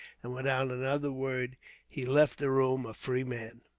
and without another word he left the room, a free man.